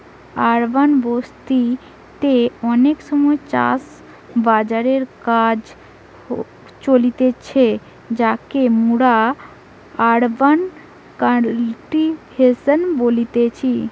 urban বসতি তে অনেক সময় চাষ বাসের কাজ চলতিছে যাকে মোরা আরবান কাল্টিভেশন বলতেছি